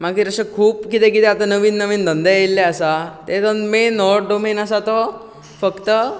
मागीर अशें खूब कितें कितें आता नवीन धंदे येयल्ले आसात तातूंत मेन हो डोमेन आसा तो फक्त